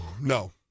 No